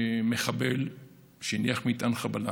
מחבל הניח מטען חבלה,